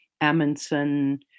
Amundsen